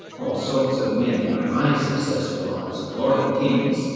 all sorts of men, by my successful arts abhorring kings,